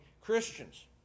Christians